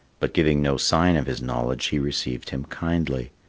but giving no sign of his knowledge, he received him kindly.